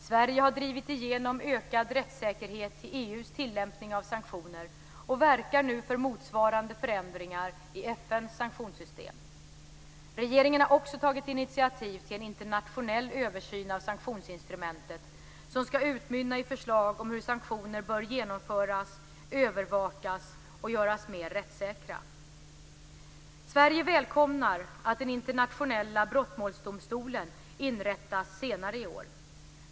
Sverige har drivit igenom ökad rättssäkerhet i EU:s tillämpning av sanktioner och verkar nu för motsvarande förändringar i FN:s sanktionssystem. Regeringen har också tagit initiativ till en internationell översyn av sanktionsinstrumentet som ska utmynna i förslag om hur sanktioner bör genomföras, övervakas och göras mer rättssäkra. Sverige välkomnar att den internationella brottmålsdomstolen inrättas senare i år.